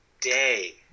day